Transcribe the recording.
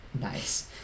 Nice